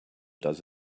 does